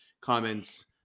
comments